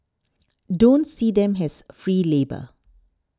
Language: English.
don't see them as free labour